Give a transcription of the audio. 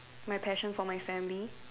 my passion for my family